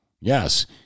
Yes